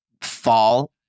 fall